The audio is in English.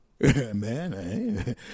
Man